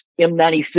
m96